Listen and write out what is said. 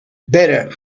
better